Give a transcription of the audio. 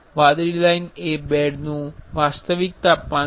વાદળી લાઇન એ બેડ નું વાસ્તવિક તાપમાન છે